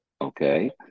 okay